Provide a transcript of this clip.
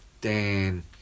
Dan